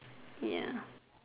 ya